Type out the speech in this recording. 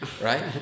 Right